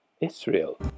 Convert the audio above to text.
Israel